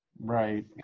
Right